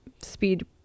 speed